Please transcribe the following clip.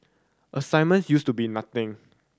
assignments used to be nothing